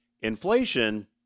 inflation